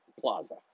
Plaza